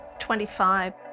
25